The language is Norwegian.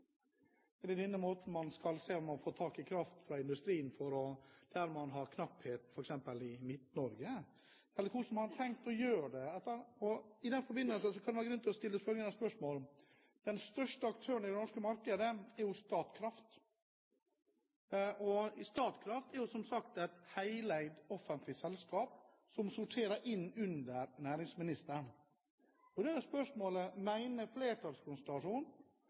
fra industrien der man har knapphet, f.eks. i Midt-Norge? Eller hvordan har man tenkt å gjøre det? I den forbindelse kan det være grunn til å stille et spørsmål. Den største aktøren i det norske markedet er jo Statkraft. Statkraft er som sagt et heleid offentlig selskap som sorterer under næringsministeren. Da er spørsmålet: Mener flertallskonstellasjonen